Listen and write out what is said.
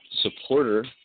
supporter